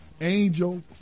Angel